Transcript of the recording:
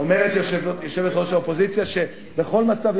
אומרת יושבת-ראש האופוזיציה שבכל מצב,